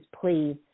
please